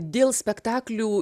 dėl spektaklių